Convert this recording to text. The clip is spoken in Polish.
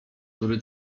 który